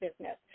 business